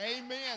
Amen